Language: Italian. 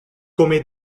come